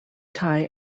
thai